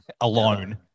alone